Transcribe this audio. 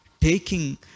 taking